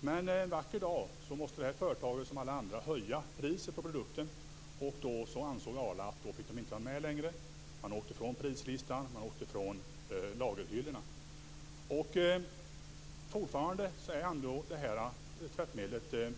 Men en vacker dag tvingades det här företaget som alla andra höja priset på produkten, och då ansåg Arla att den inte skulle få vara med längre. Medlet åkte bort från prislistan och från lagerhyllorna. Fortfarande är detta tvättmedel